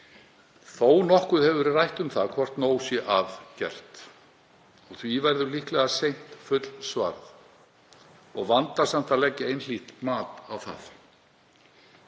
Þó nokkuð hefur verið rætt um það hvort nóg sé að gert og því verður líklega seint fullsvarað og vandasamt að leggja einhlítt mat á það.